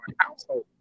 household